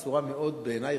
בעיני,